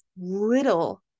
little